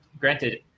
Granted